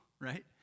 right